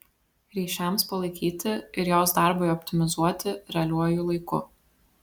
ryšiams palaikyti ir jos darbui optimizuoti realiuoju laiku